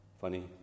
funny